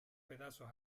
pedazos